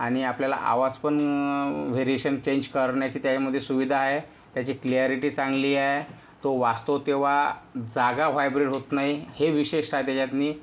आणि आपल्याला आवाज पण व्हेरीयेशन चेंज करण्याची त्याच्यामध्ये सुविधा आहे त्याची क्लिॲरीटी चांगली आहे तो वाजतो तेव्हा जागा व्हायब्रेट होत नाही हे विशेष आहे त्याच्यात